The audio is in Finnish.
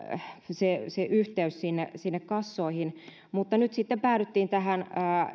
se se yhteys sinne sinne kassoihin mutta nyt sitten päädyttiin tähän